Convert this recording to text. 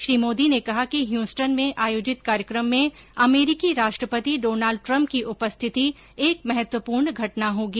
श्री मोदी ने कहा कि ह्यूस्टन में आयोजित कार्यक्रम में अमरीकी राष्ट्रपति डोनाल्ड ट्रंप की उपस्थिति एक महत्वपूर्ण घटना होंगी